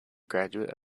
graduate